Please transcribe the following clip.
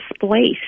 displaced